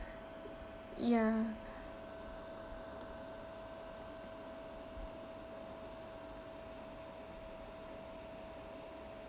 ya